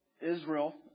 Israel